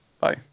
Bye